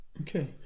okay